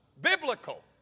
biblical